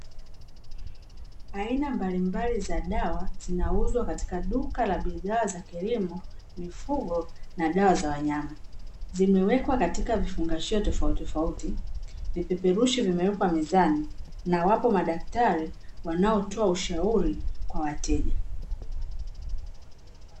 Aina mbalimbali za dawa zinauzwa katika duka la bidhaa za kilimo, mifugo na dawa za wanyama. Zimewekwa katika vifungashio tofautitofauti, vipeperushi vimewekwa mezani na wapo madaktari wanaotoa ushauri kwa wateja.